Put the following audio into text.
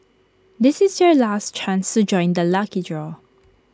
this is your last chance to join the lucky draw